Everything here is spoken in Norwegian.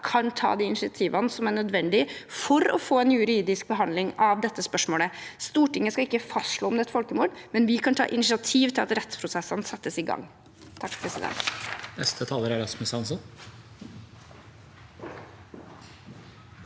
kan ta de initiativene som er nødvendig for å få en juridisk behandling av spørsmålet. Stortinget skal ikke fastslå om det er et folkemord, men vi kan ta initiativ til at rettsprosessene settes i gang. Rasmus Hansson